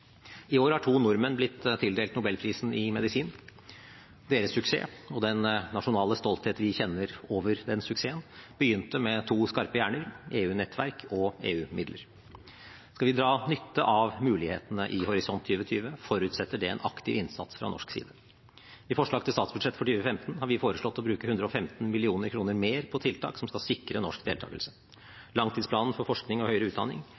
I år har to nordmenn blitt tildelt Nobelprisen i medisin. Deres suksess og den nasjonale stolthet vi kjenner over den suksessen, begynte med to skarpe hjerner, EU-nettverk og EU-midler. Skal vi dra nytte av mulighetene i Horisont 2020, forutsetter det en aktiv innsats fra norsk side. I forslag til statsbudsjett for 2015 har vi foreslått å bruke 115 mill. kr mer på tiltak som skal sikre norsk deltakelse. Langtidsplanen for forskning og høyere utdanning